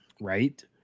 Right